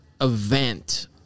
event